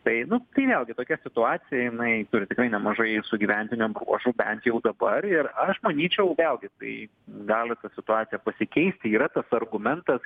tai nu tai vėlgi tokia situacija jinai turi tikrai nemažai sugyventinio bruožų bent jau dabar ir aš manyčiau vėlgi tai gali ta situacija pasikeisti yra tas argumentas